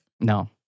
No